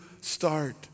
start